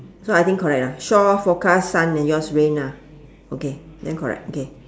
so I think correct ah shore forecast sun then yours rain ah okay then correct okay